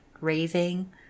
raving